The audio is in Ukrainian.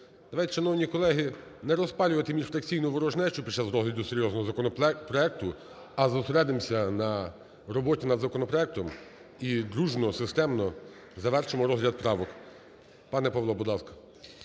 Давайте, шановні колеги, не розпалювати міжфракційну ворожнечу під час розгляду серйозного законопроекту, а зосередимося на роботі над законопроектом і дружно, системно завершимо розгляд правок. Пане, Павло, будь ласка.